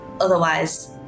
otherwise